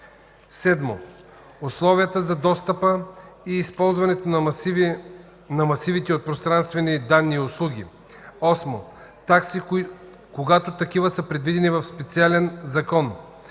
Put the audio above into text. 17; 7. условията за достъпа и използването на масивите от пространствени данни и услуги; 8. такси, когато такива са предвидени в специален закон;